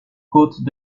côtes